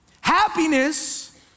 Happiness